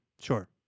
Sure